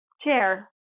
chair